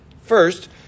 First